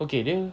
okay dia